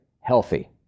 Healthy